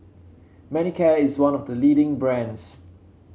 Manicare is one of the leading brands